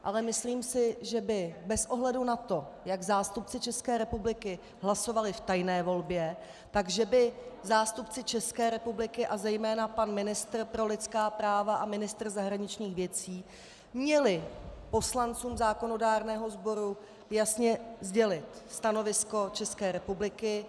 Ale myslím si, že by bez ohledu na to, jak zástupci České republiky hlasovali v tajné volbě, tak že by zástupci České republiky a zejména pan ministr pro lidská práva a ministr zahraničních věcí měli poslancům zákonodárného sboru jasně sdělit stanovisko České republiky.